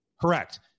Correct